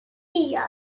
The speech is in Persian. یاد